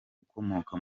ukomoka